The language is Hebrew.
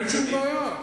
תודה רבה,